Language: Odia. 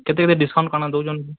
କେତେ କେତେ ଡିସକାଉଣ୍ଟ୍ କାଣା ଦେଉଛନ୍